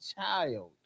child